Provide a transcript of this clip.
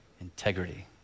Integrity